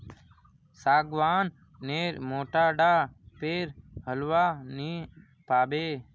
सागवान नेर मोटा डा पेर होलवा नी पाबो